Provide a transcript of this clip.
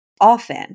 often